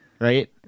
right